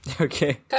Okay